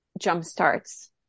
jumpstarts